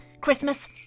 Christmas